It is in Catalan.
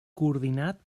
coordinat